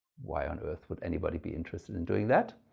why on earth would anybody be interested in doing that?